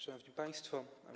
Szanowni Państwo!